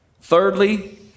Thirdly